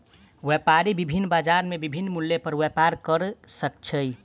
व्यापारी विभिन्न बजार में विभिन्न मूल्य पर व्यापार कय सकै छै